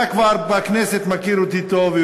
אתה כבר בכנסת מכיר אותי טוב,